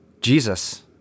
Jesus